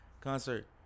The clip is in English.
concert